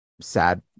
sad